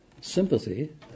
sympathy